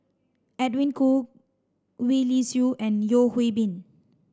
Edwin Koo Gwee Li Sui and Yeo Hwee Bin